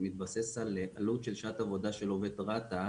מתבסס על עלות של שעת עבודה של עובד רת"א